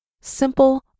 simple